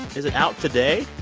is it out today?